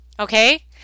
Okay